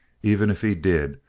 even if he did,